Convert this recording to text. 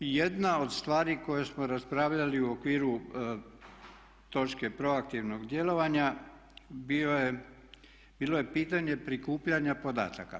Jedna od stvari koje smo raspravljali u okviru točke proaktivnog djelovanja bilo je pitanje prikupljanja podataka.